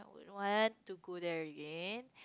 what to go there again